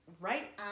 right